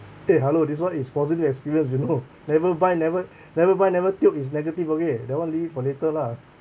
eh hello this one is positive experience you know never buy never never buy never tilt is negative okay that [one] leave it for later lah